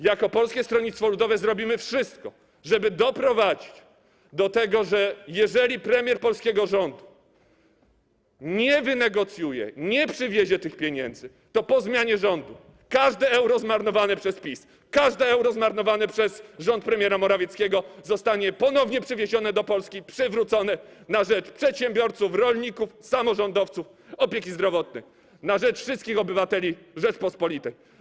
Jako Polskie Stronnictwo Ludowe zrobimy wszystko, żeby doprowadzić do tego, że jeżeli premier polskiego rządu nie wynegocjuje, nie przywiezie tych pieniędzy, to po zmianie rządu każde euro zmarnowane przez PiS, każde euro zmarnowane przez rząd premiera Morawieckiego zostanie ponownie przywiezione do Polski i przywrócone na rzecz przedsiębiorców, rolników, samorządowców, opieki zdrowotnej, na rzecz wszystkich obywateli Rzeczypospolitej.